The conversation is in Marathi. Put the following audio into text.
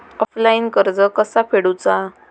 ऑफलाईन कर्ज कसा फेडूचा?